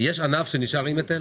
יש ענף שנשאר עם היטל?